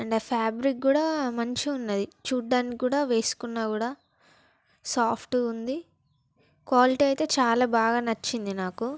and ఆ fabric కూడా మంచిగున్నది చూడ్డానికి కూడా వేసుకున్నా కూడా సాఫ్ట్గుంది క్వాలిటీ అయితే చాలా బాగా నచ్చింది నాకు